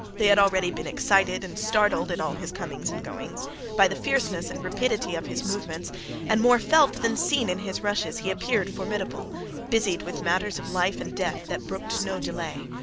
they had already been excited and startled at all his comings and goings by the fierceness and rapidity of his movements and more felt than seen in his rushes, he appeared formidable busied with matters of life and death that brooked no delay.